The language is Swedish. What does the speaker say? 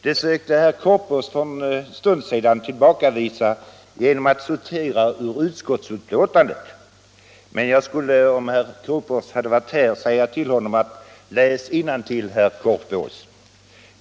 Detta sökte herr Korpås för en stund sedan tillbakavisa genom att citera ur utskottsbetänkandet, men om han vore här nu skulle jag säga till honom att läsa innantill.